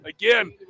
again